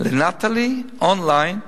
ל"נטלי", און-ליין,